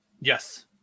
Yes